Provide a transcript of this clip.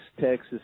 Texas